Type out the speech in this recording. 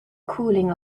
cooling